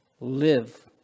Live